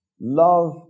Love